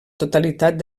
totalitat